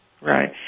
Right